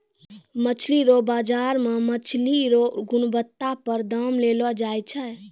मछली रो बाजार मे मछली रो गुणबत्ता पर दाम देलो जाय छै